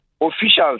officials